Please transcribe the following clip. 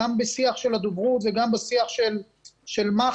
גם בשיח של הדוברות וגם בשיח של מח"ש